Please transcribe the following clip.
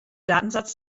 datensatz